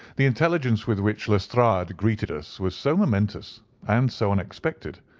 the intelligence with which lestrade greeted us was so momentous and so unexpected,